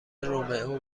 رومئو